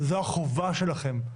זו החובה שלכם.